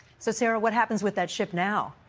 so sara, what happens with that ship now?